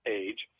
age